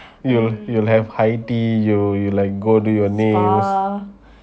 you you'll have high tea you you like go do your nail